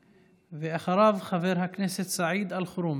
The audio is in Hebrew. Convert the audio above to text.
ואחריו, חבר הכנסת סעיד אלחרומי.